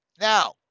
Now